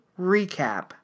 recap